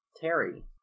Terry